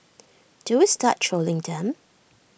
do we start trolling them